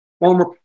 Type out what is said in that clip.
Former